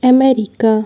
America